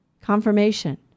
confirmation